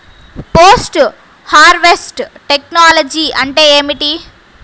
Post harvest technology అంటే ఏమిటి?